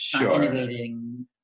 innovating